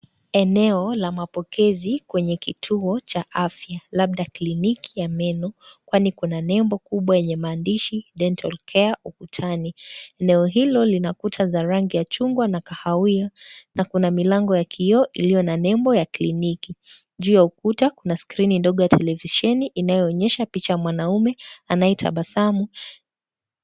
Eneo la mapokezi kwenye kituo cha afya labda kliniki ya meno kwani kuna nembo kubwa yenye maandishi dental care ukutani eneo hilo lina kuta za rangi ya chungwa na kahawia na kuna milango ya kioo iliyo na nembo ya kliniki juu ya ukuta kuna skrini ndogo ya tekevisheni inayoonyesha picha ya mwanaume anayetabasamu.